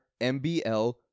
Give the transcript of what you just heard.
MBL